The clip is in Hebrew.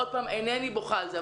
עוד פעם אינני בוכה על זה.